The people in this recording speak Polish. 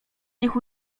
nich